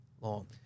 long